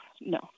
no